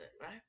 right